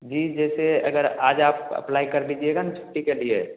जी जैसे अगर आज आप अप्लाई कर दीजिएगा ना छुट्टी के लिए